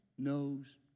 Knows